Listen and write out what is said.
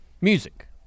music